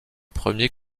premiers